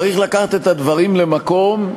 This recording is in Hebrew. צריך לקחת את הדברים למקום,